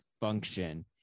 function